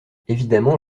évidemment